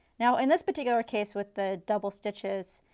now in this particular case with the double stitches,